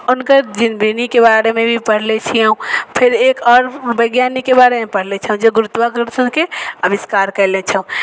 हुनकर जिन्दगीके बारेमे भी पढ़ले छियौँ फिर एक आओर वैज्ञानिकके बारेमे पढ़ले छियौँ जे गुरुत्वाकर्षणके अविष्कार कएले छौँ